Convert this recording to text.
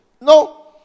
No